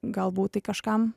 galbūt tai kažkam